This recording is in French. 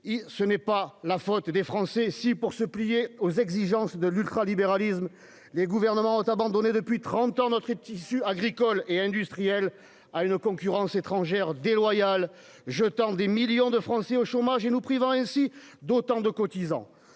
ce n'est pas la faute des Français si, pour se plier aux exigences de l'ultralibéralisme, les gouvernements ont abandonné depuis trente ans notre tissu agricole et industriel à une concurrence étrangère déloyale, jetant des millions de Français au chômage et nous privant ainsi d'autant de cotisants.